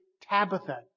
Tabitha